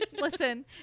Listen